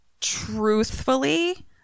truthfully